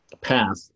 path